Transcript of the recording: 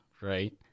right